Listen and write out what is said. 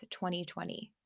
2020